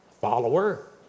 Follower